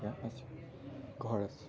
জেগা আছে ঘৰ আছে